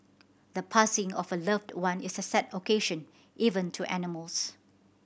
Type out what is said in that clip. the passing of a loved one is a sad occasion even to animals